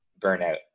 burnout